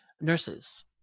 nurses